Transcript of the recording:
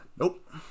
Nope